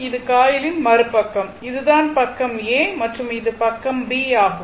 இது காயிலின் மறுபக்கம் இது தான் பக்கம் A மற்றும் இது பக்கம் B ஆகும்